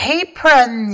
Apron，